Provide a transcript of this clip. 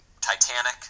Titanic